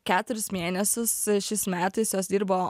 keturis mėnesius šiais metais jos dirbo